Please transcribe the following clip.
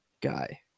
guy